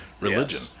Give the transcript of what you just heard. religion